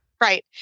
Right